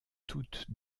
toutes